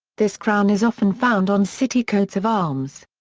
this crown is often found on city coats of arms.